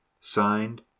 Signed